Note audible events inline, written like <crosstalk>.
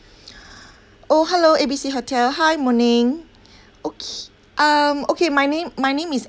<breath> oh hello A B C hotel hi morning okay um okay my name my name is